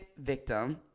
victim